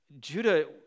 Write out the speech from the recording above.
Judah